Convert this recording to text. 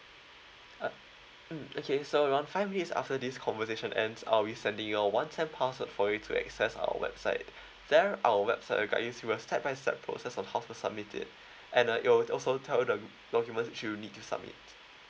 uh mm okay so around five minutes after this conversation end I'll be sending your once time password for you to access our website there our website will guide you through a step by step process of how to submit it and uh it would also tell you the document which you need to submit